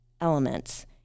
elements